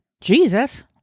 Jesus